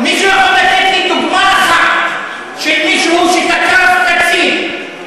מישהו יכול לתת לי דוגמה אחת של מישהו שתקף קצין,